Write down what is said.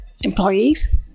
employees